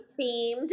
themed